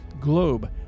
Globe